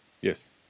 Yes